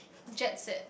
jet set